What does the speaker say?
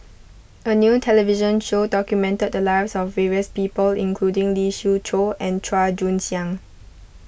a new television show documented the lives of various people including Lee Siew Choh and Chua Joon Siang